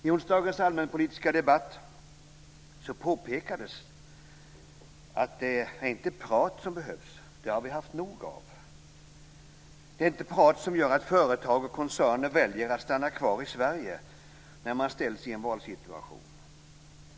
I onsdagens allmänpolitiska debatt påpekades att det inte är prat som behövs - det har vi haft nog av. Det är inte prat som gör att företag och koncerner väljer att stanna kvar i Sverige när man ställs i en valsituation.